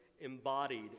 embodied